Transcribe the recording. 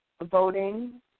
voting